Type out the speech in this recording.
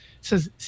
says